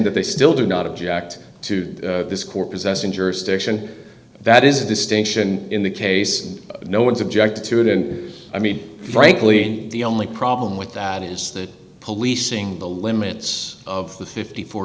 that they still do not object to this court possessing jurisdiction that is a distinction in the case and no one subject to them i mean frankly the only problem with that is that policing the limits of the fifty four